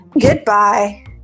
Goodbye